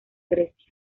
grecia